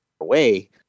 away